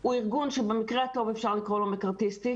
הוא ארגון שבמקרה הטוב אפשר לקרוא לו מקארתיסטי,